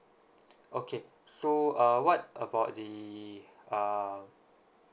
okay so uh what about the um